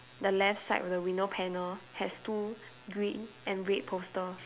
the left side of the window panel has two green and red poster